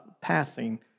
passing